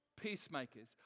Peacemakers